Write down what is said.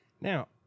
Now